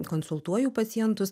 konsultuoju pacientus